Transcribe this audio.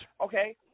okay